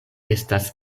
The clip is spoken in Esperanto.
estas